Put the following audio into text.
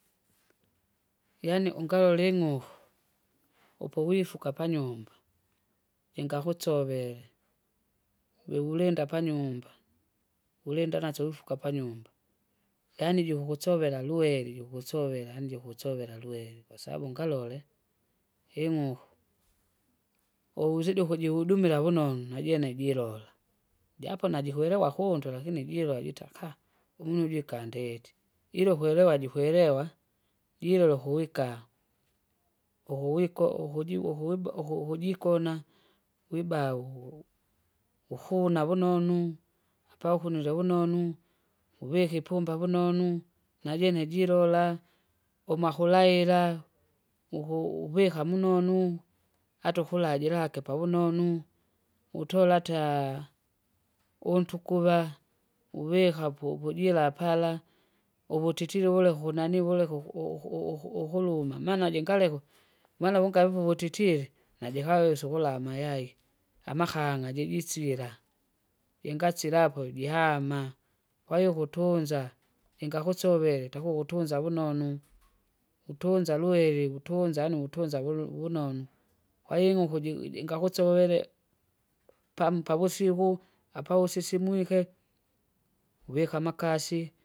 Yaani ungala uling'uhu, upowifuka panyumba, ingakusovele, wiulinda panyumba, ulinda nasyo ufuka panyumba, yaani jikukusovela luerio ukosovela nje ukusovela lweru kwasabu ngalole! ing'uku, wouzidi ukujihudumira vunonu najene jilora, japo najikwerewa kundu lakini jira jitaka! umunu jikandete, ila ukwerewa jikwerewa, jira ulikuwika, ukuwikwa ukuji- ukuwiba uku- ukujikona, wibau uhuna vunonu, apaukunile vunonu, uvike ipumba vunonu, najene jilora, umakulaila, ukuvika munonu ataukula jirake pavunonu, utola ataa, untukuva, uvikapu uvujira para. Uvutitili uvuleke ukunanii vuleke uku- uku- uku- ukuluma mana jingaleka, maana vunkaluvu uvutitili, najikawesa ukula amayayi, amahang'a jejisira. Ingasilapo jihama, kwahiyo ukutunza, ingakusavele takukutunza vunonu, vutunza lwere vutunza yaani vutunza vuno- vunonu, kwahiyo ing'uku ji- ji- jingasowele, pamu pavusyiku, apausisimwike, uvika amakasi.